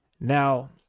Now